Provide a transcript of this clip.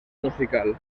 musical